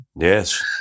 Yes